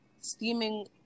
steaming